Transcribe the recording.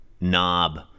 knob